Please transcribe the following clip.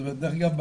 דרך אגב,